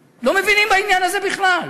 שלא מבינים בעניין הזה בכלל.